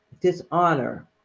dishonor